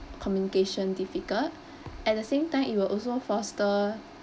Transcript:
communication difficult at the same time it will also foster